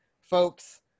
folks